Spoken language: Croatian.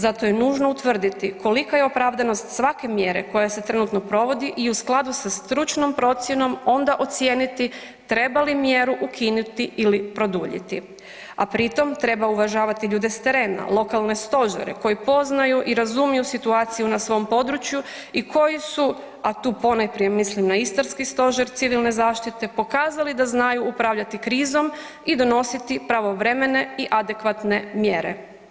Zato je nužno utvrditi kolika je opravdanost svake mjere koja se trenutno provodi i u skladu sa stručnom procjenom onda ocijeniti treba li mjeru ukinuti ili produljiti, a pri tom treba uvažavati ljude s terena, lokalne stožere koji poznaju i razumiju situaciju na svom području i koji su, a tu ponajprije mislim na istarski stožer civilne zaštite, pokazali da znaju upravljati krizom i donositi pravovremene i adekvatne mjere.